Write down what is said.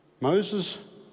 Moses